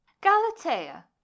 galatea